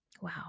wow